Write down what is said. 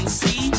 see